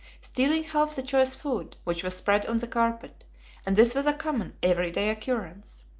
stealing half the choice food, which was spread on the carpet and this was a common, every-day occurrence.